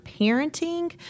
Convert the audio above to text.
parenting